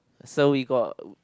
so we got